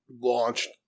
launched